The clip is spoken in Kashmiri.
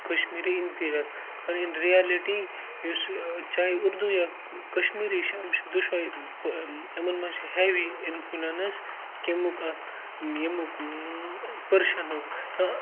کَشمیٖری اِنفیٖریَر مگر اِن رِیَلٹی یُس چاہے اُردو یا کَشمیٖری چھِ یِم چھِ دُشوَے یِمَن مَنٛز چھِ ہیوی اِنفُلَنٕس کَمیُک اَکھ ییٚمیُک پٔرشِیَنُک یا